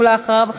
ואחריו,